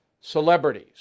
celebrities